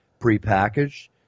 prepackaged